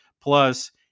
Plus